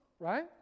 Right